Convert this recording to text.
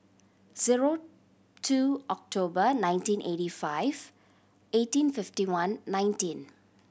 zero two October nineteen eighty five eighteen fifty one nineteen